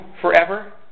forever